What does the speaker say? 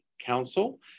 Council